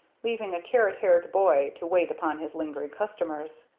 leaving a carrot-haired boy to wait upon his lingering customers.